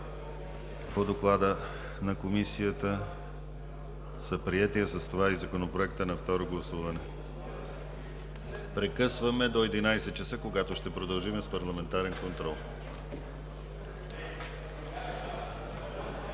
по доклада на Комисията са приети, а с това и Законопроектът на второ гласуване. Прекъсваме до 11,00 ч., когато ще продължим с парламентарен контрол.